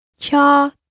Cho